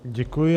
Děkuji.